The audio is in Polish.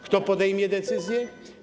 Kto podejmie decyzję?